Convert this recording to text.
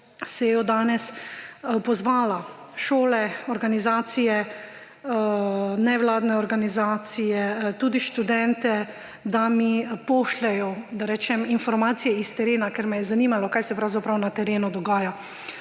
to sejo danes, sem pozvala šole, organizacije, nevladne organizacije, tudi študente, da mi pošljejo informacije s terena, ker me je zanimalo, kaj se pravzaprav na terenu dogaja.